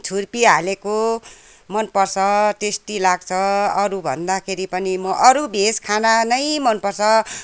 छुर्पी हालेको मनपर्छ टेस्टी लाग्छ अरू भन्दाखेरि पनि म अरू भेज खाना नै मनपर्छ